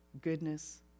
goodness